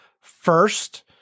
first